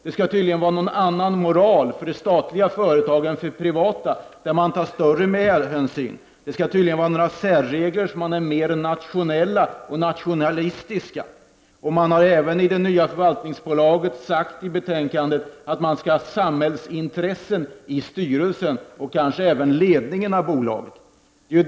Det skall tydligen vara någon annan moral för de statliga företagen än för privata, där man tar större hänsyn. Det skall tydligen vara några särregler som innebär att man är mer nationell och nationalistisk. När det gäller det nya förvaltningsbolaget har man även i betänkandet sagt att man skall ha samhällsintressen i styrelsen och kanske även i ledningen av bolaget.